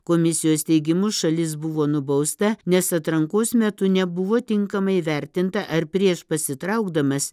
komisijos teigimu šalis buvo nubausta nes atrankos metu nebuvo tinkamai vertinta ar prieš pasitraukdamas